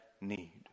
need